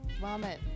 vomit